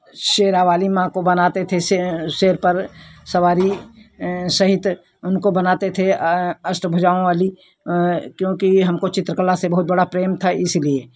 शेरा वाली माँ को बनाते थे शे शेर पर सवारी सहित उनको बनाते थे अष्ट भुजाओं वाली क्योंकि हमको चित्रकला से बहुत बड़ा प्रेम था इसलिए